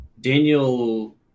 Daniel